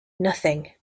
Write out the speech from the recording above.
nothing